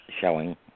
showing